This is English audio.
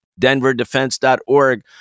denverdefense.org